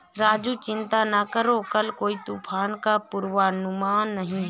राजू चिंता ना करो कल कोई तूफान का पूर्वानुमान नहीं है